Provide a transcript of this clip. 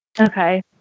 Okay